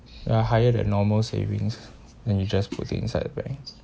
a higher than normal savings then you just put it inside banks